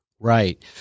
Right